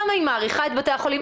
כמה היא מעריכה את בתי החולים.